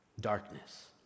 darkness